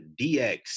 DX